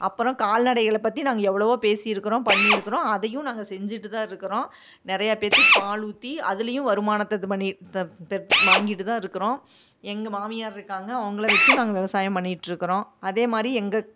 அப்புறம் கால்நடைகளை பற்றி நாங்கள் எவ்வளோவோ பேசியிருக்கறோம் பண்ணியிருக்கறோம் அதையும் நாங்கள் செஞ்சுட்டு தான் இருக்கிறோம் நிறையா பேத்துக்கு பாலூற்றி அதுலேயும் வருமானத்தை இது பண்ணிகிட்டு வாங்கிட்டு தான் இருக்கிறோம் எங்கள் மாமியார் இருக்காங்க அவங்களை வச்சும் நாங்கள் விவசாயம் பண்ணிட்டிருக்கறோம் அதேமாதிரி எங்கள்